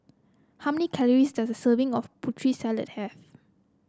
how many calories does a serving of Putri Salad have